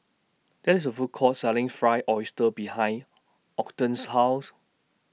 There IS A Food Court Selling Fried Oyster behind Ogden's House